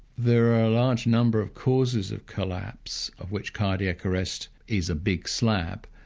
there are a large number of causes of collapse, of which cardiac arrest is a big slab.